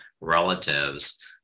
relatives